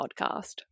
podcast